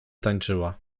tańczyła